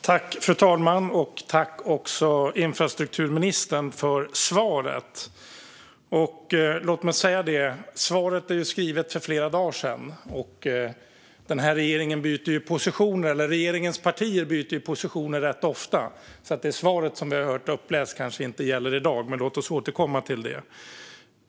Fru talman! Tack, infrastrukturministern, för svaret, som är skrivet för flera dagar sedan. Regeringens partier byter ju position rätt ofta, och det svar som vi hörde läsas upp kanske inte gäller i dag. Det återkommer vi till.